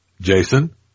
Jason